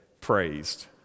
praised